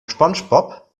spongebob